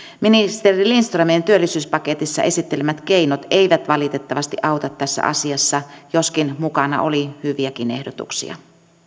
ministeri lindströmin työllisyyspaketissa esittelemät keinot eivät valitettavasti auta tässä asiassa joskin mukana oli hyviäkin ehdotuksia